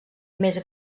més